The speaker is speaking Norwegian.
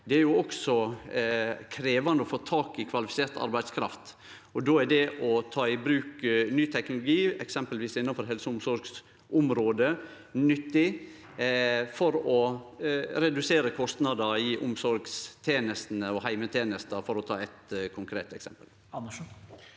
det er jo også krevjande å få tak i kvalifisert arbeidskraft. Då er det å ta i bruk ny teknologi, eksempelvis innanfor helse- og omsorgsområdet, nyttig for å redusere kostnadene i omsorgstenestene – heimetenesta, for å ta eit konkret eksempel. Alf